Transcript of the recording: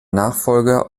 nachfolger